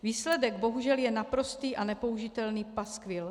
Výsledek, bohužel, je naprostý a nepoužitelný paskvil.